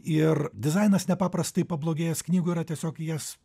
ir dizainas nepaprastai pablogėjęs knygų yra tiesiog jas